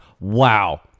wow